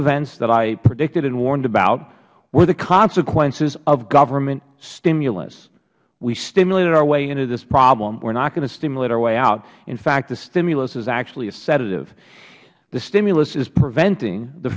events i predicted and warned about were the consequences of government stimulus we stimulated our way into this problem we are not going to stimulate our way out in fact the stimulus is actually a sedative the stimulus is preventing the